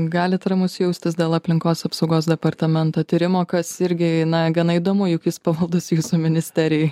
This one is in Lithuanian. galit ramus jaustis dėl aplinkos apsaugos departamento tyrimo kas irgi na gana įdomu juk jis pavaldus jūsų ministerijai